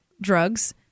drugs